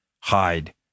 hide